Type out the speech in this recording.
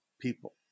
people